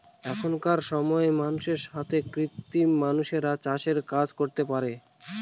এখনকার সময় মানুষের সাথে কৃত্রিম মানুষরা চাষের কাজ করতে পারে